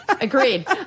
Agreed